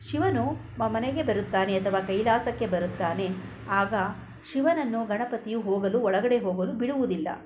ಶಿವನು ಮನೆಗೆ ಬರುತ್ತಾನೆ ಅಥವಾ ಕೈಲಾಸಕ್ಕೆ ಬರುತ್ತಾನೆ ಆಗ ಶಿವನನ್ನು ಗಣಪತಿಯು ಹೋಗಲು ಒಳಗಡೆ ಹೋಗಲು ಬಿಡುವುದಿಲ್ಲ